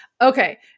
Okay